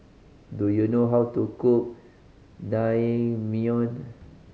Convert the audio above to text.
do you know how to cook Naengmyeon